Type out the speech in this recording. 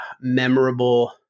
memorable